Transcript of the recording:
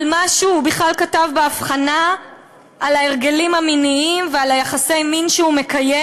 שהוא כתב באבחנה על ההרגלים המיניים ועל יחסי המין שהוא מקיים.